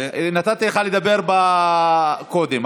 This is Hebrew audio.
נתתי לך לדבר קודם.